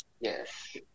Yes